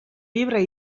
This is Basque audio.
libre